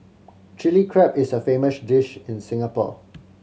Chilli Crab is a famous dish in Singapore